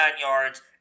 yards